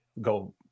go